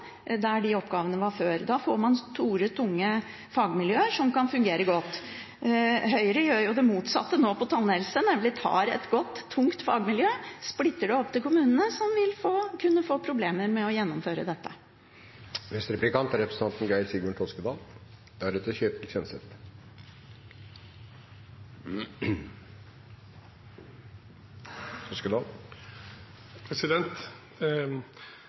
der de oppgavene var før. Da får man store, tunge fagmiljøer som kan fungere godt. Høyre gjør jo det motsatte nå på tannhelse, nemlig tar et godt, tungt fagmiljø og splitter det opp til kommunene, som vil kunne få problemer med å gjennomføre dette. Representanten